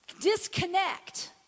disconnect